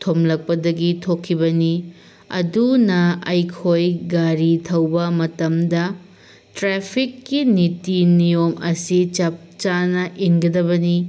ꯊꯣꯝꯂꯛꯄꯗꯒꯤ ꯊꯣꯛꯈꯤꯕꯅꯤ ꯑꯗꯨꯅ ꯑꯩꯈꯣꯏ ꯒꯥꯔꯤ ꯊꯧꯕ ꯃꯇꯝꯗ ꯇ꯭ꯔꯥꯐꯤꯛꯀꯤ ꯅꯤꯇꯤ ꯅꯤꯌꯣꯝ ꯑꯁꯤ ꯆꯞ ꯆꯥꯅ ꯏꯟꯒꯗꯕꯅꯤ